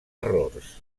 errors